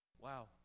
Wow